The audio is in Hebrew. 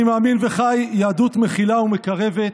אני מאמין וחי יהדות מכילה ומקרבת.